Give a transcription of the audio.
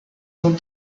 dans